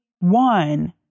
one